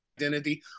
Identity